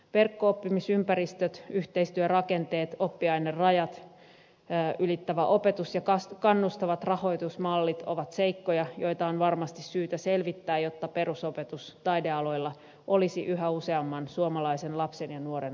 verkko oppimisympäristöt yhteistyörakenteet oppiainerajat ylittävä opetus ja kannustavat rahoitusmallit ovat seikkoja joita on varmasti syytä selvittää jotta perusopetus taidealoilla olisi yhä useamman suomalaisen lapsen ja nuoren ulottuvilla